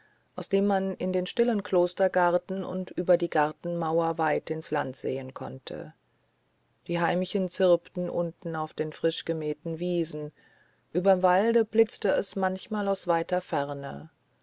aus dem man in den stillen klostergarten und über die gartenmauer weit ins land sehen konnte die heimchen zirpten unten auf den frischgemähten wiesen überm walde blitzte es manchmal aus weiter ferne